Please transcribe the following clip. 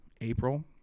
april